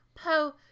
Poe